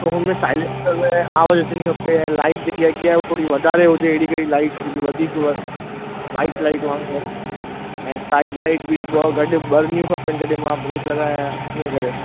त हुन में साएलेंसर में आवाज़ु अचिणी खपे ऐं लाईट जेकी अॻियां आहे हू थोरी वधारे हुजे अहिड़ी कहिड़ी लाईट जेकी वधीक व वाईट लाईट वांगुरु ऐं साईड लाईट बि ॿ गॾु ॿरिणियूं खपनि जॾहिं मां ब्रेक लॻायां ईअं करे